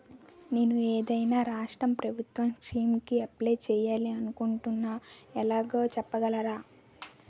నేను ఏదైనా రాష్ట్రం ప్రభుత్వం స్కీం కు అప్లై చేయాలి అనుకుంటున్నా ఎలాగో చెప్పగలరా?